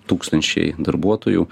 tūkstančiai darbuotojų